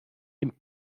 dem